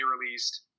released